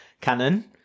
Cannon